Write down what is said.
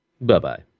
bye-bye